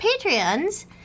Patreons